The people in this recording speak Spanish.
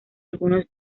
algunos